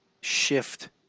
shift